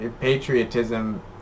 patriotism